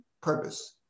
purpose